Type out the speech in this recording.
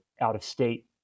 out-of-state